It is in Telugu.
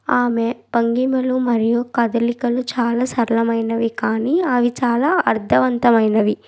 ఆమె భంగిమలు మరియు కదలికలు చాలా సరళమైనవి కానీ అవి చాలా అర్ధవంతమైనవి